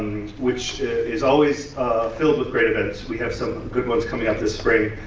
which is always filled with great events. we have some good ones coming up this spring.